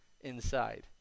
inside